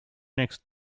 next